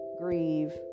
grieve